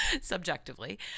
subjectively